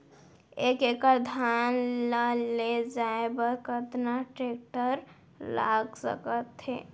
एक एकड़ धान ल ले जाये बर कतना टेकटर लाग सकत हे?